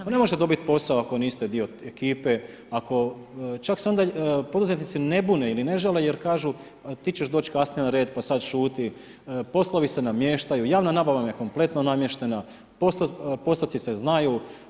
Pa ne možete dobiti posao ako niste dio ekipe, ako, čak se onda poduzetnici ne bune ili ne žale jer kažu ti ćeš doći kasnije na red, pa sada šuti, poslovi se namještaju, javna nabava vam je kompletno namještena, postotci se znaju.